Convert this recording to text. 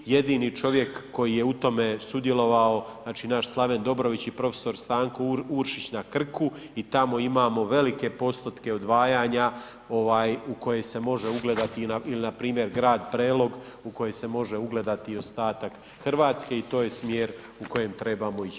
Jedini čovjek koji je u tome sudjelovao, znači naš Slaven Dobrović i prof. Stanko Uršić na Krku i tamo imamo velike postotke odvajanja u koje se može ugledati ili npr. grad Prelog u koje se može ugledati ostatak Hrvatske i to je smjer u kojem trebamo ići.